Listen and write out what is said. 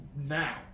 now